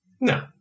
No